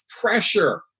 pressure